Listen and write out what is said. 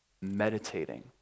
meditating